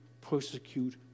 persecute